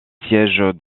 siège